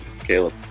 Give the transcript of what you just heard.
Caleb